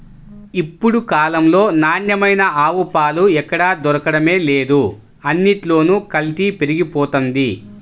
ఇప్పుడు కాలంలో నాణ్యమైన ఆవు పాలు ఎక్కడ దొరకడమే లేదు, అన్నిట్లోనూ కల్తీ పెరిగిపోతంది